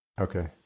Okay